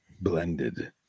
Blended